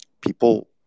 people